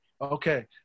Okay